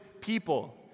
people